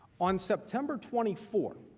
on september twenty four